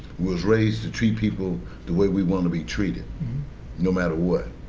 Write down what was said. was raised to treat people the way we want to be treated no matter what,